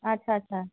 ଆଚ୍ଛା ଆଚ୍ଛା